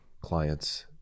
clients